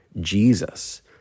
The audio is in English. Jesus